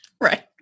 right